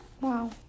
Wow